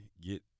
get